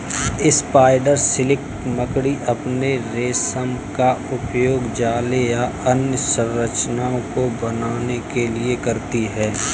spider silk मकड़ी अपने रेशम का उपयोग जाले या अन्य संरचनाओं को बनाने के लिए करती हैं